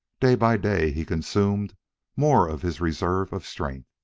day by day he consumed more of his reserves of strength.